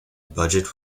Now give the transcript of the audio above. budget